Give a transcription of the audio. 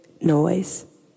noise